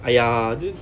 !aiya!